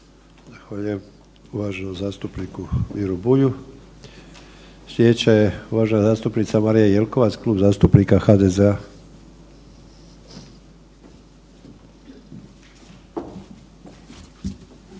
Zahvaljujem uvaženom zastupniku Miru Bulju. Slijedeća je uvažena zastupnica Marija Jelkovac, Klub zastupnika HDZ-a.